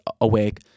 awake